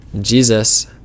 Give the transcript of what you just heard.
Jesus